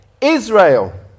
Israel